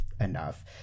enough